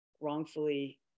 wrongfully